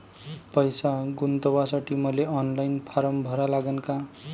पैसे गुंतवासाठी मले ऑनलाईन फारम भरा लागन का?